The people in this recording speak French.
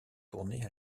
tournées